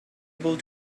able